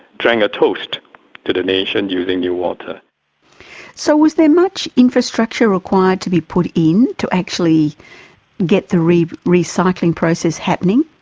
drank a toast to the nation using newater. so was there much infrastructure required to be put in to actually get the recycling process happening?